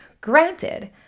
Granted